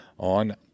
on